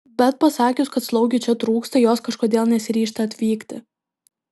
bet pasakius kad slaugių čia trūksta jos kažkodėl nesiryžta atvykti